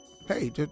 Hey